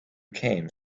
came